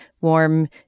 warm